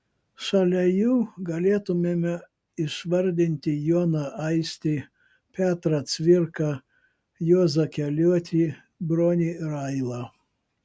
šalia jų galėtumėme išvardinti joną aistį petrą cvirką juozą keliuotį bronį railą